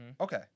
Okay